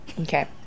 Okay